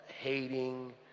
hating